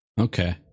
Okay